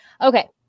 Okay